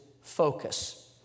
focus